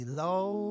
low